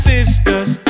Sisters